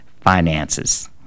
Finances